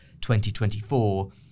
2024